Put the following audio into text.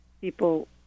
people